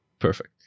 Perfect